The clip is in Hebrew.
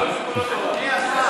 אבל למה?